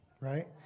right